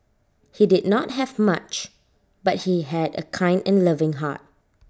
he did not have much but he had A kind and loving heart